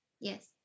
Yes